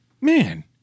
man